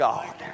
God